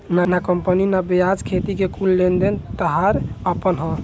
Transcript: ना कंपनी ना व्यापार, खेती के कुल लेन देन ताहार आपन ह